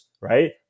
right